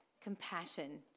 compassion